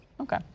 Okay